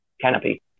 canopy